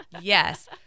Yes